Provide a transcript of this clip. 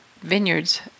vineyards